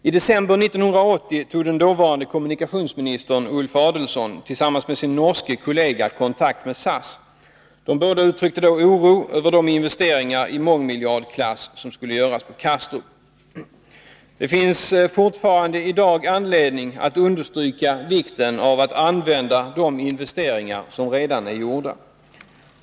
I december 1980 tog den dåvarande kommunikationsministern Ulf Adelsohn, tillsammans med sin norske kollega, kontakt med SAS. De båda uttryckte oro över de investeringar, i mångmiljardklass, som skulle göras på Kastrup. Det finns fortfarande i dag anledning att understryka vikten av att använda de investeringar som redan är gjorda.